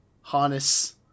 harness